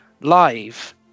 live